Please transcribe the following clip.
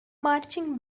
marching